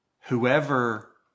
Whoever